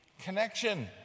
Connection